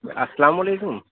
السلام علیکم